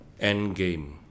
Endgame